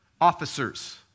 officers